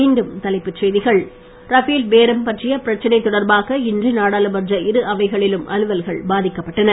மீண்டும் தலைப்புச் செய்திகள் ரஃபேல் பேரம் பற்றிய பிரச்சனை தொடர்பாக இன்று நாடாளுமன்ற இரு அவைகளிலும் அலுவல்கள் பாதிக்கப் பட்டன